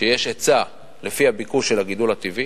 שיש היצע לפי הביקוש של הגידול הטבעי.